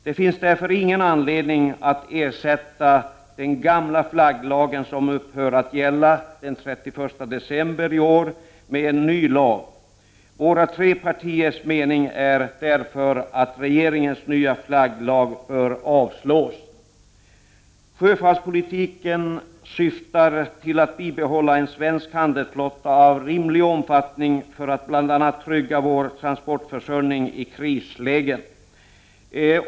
Det finns därför ingen anledning att ersätta den gamla flagglagen, som upphör att gälla den 31 december 1989, med en ny lag. Våra tre partiers mening är därför att regeringens nya flagglag bör avslås. Sjöfartspolitiken syftar till att bibehålla en svensk handelsflotta av rimlig omfattning, bl.a. för att trygga vår transportförsörjning i krislägen.